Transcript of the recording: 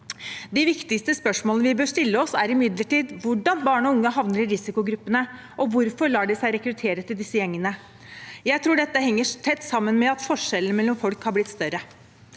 Det viktigste spørsmålet vi bør stille oss, er imidlertid hvordan barn og unge havner i risikogruppene og hvorfor de lar seg rekruttere til disse gjengene. Jeg tror dette henger tett sammen med at forskjellene mellom folk har blitt større.